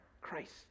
Christ